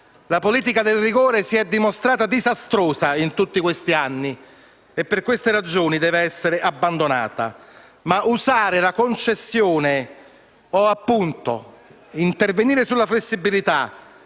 La politica del rigore si è dimostrata disastrosa in tutti questi anni e per questa ragione, deve essere abbandonata. Usare la concessione della flessibilità